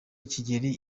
kigeli